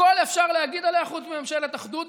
הכול אפשר להגיד עליה חוץ מממשלת אחדות.